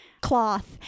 cloth